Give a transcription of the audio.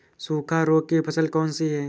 सूखा रोग की फसल कौन सी है?